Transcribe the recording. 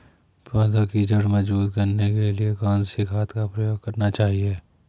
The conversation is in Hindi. पौधें की जड़ मजबूत करने के लिए कौन सी खाद का प्रयोग करना चाहिए?